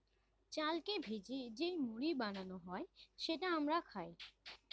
চালকে ভেজে যেই মুড়ি বানানো হয় সেটা আমরা খাই